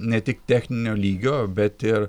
ne tik techninio lygio bet ir